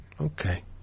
Okay